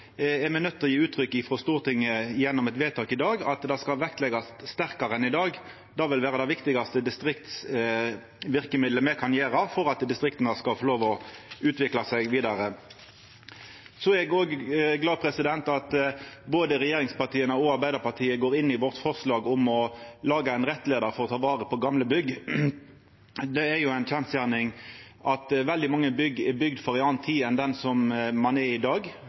er me nøydde til å gje uttrykk for frå Stortinget, gjennom eit vedtak i dag, at det skal vektleggjast sterkare enn i dag. Det vil vera det viktigaste distriktsverkemiddelet me kan gje for at distrikta skal få lov til å utvikla seg vidare. Eg er òg glad for at både regjeringspartia og Arbeidarpartiet går inn i vårt forslag om å laga ein rettleiar for å ta vare på gamle bygg. Det er ei kjensgjerning at veldig mange bygg er bygde for ei anna tid enn det dei er i i dag.